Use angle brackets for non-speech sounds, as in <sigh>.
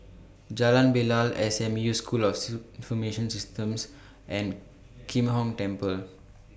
Jalan Bilal S M U School of <unintelligible> Information Systems and Kim Hong Temple